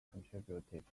contributed